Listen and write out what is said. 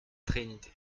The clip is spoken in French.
trinité